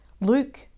Luke